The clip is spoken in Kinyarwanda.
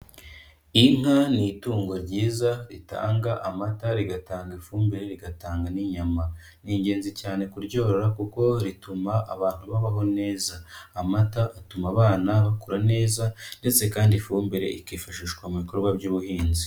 Inka ni itungo ryiza ritanga amata, rigatanga ifumbire, rigatanga n'inyama. Ni ingenzi cyane kuryorora kuko rituma abantu babaho neza. Amata atuma abana bakura neza ndetse kandi ifumbire ikifashishwa mu bikorwa by'ubuhinzi.